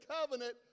covenant